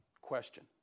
Question